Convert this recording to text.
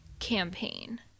campaign